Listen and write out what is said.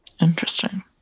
Interesting